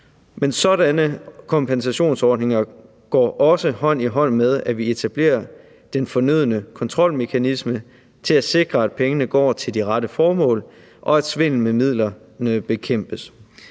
Men sådanne kompensationsordninger går også hånd i hånd med, at vi etablerer den fornødne kontrolmekanisme til at sikre, at pengene går til de rette formål, og at svindel med midlerne bekæmpes.